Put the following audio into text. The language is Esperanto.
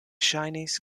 ŝajnis